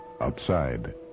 Outside